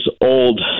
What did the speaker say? old